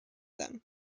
them